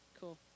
cool